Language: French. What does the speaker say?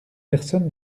personne